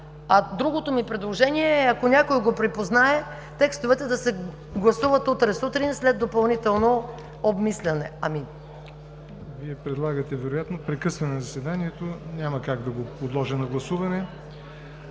Другото ми предложение е, ако някой го припознае, текстовете да се гласуват утре сутрин след допълнително обмисляне. ПРЕДСЕДАТЕЛ ЯВОР НОТЕВ: Вие вероятно предлагате прекъсване на заседанието. Няма как да го подложа на гласуване.